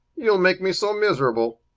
you'll make me so miserable.